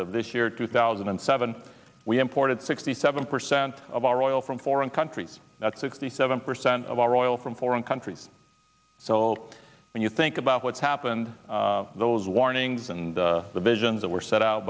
of this year two thousand and seven we imported sixty seven percent of our oil from foreign countries that's sixty seven percent of our oil from foreign countries sold when you think about what's happened those warnings and the visions that were set out